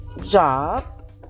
job